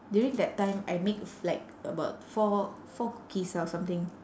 during that time I make like about four four cookies ah or something